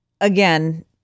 again